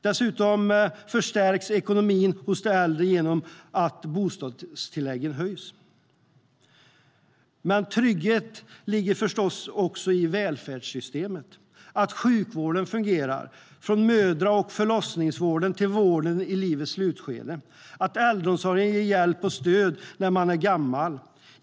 Dessutom förstärks ekonomin för de äldre genom att bostadstilläggen höjs. Men trygghet ligger förstås också i välfärdssystemet, alltså att sjukvården fungerar från mödra och förlossningsvården till vården i livets slutskede och att äldreomsorgen ger hjälp och stöd när man är gammal.